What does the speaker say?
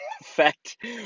effect